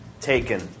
taken